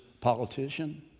politician